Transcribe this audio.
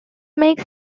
makes